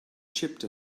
chipped